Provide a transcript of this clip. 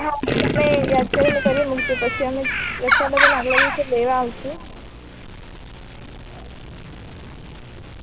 હા તો તમે યાદ કરીને કરી મુકજો પછી અમે રક્ષાબંધનના આગલા દિવસે લેવા આવીશું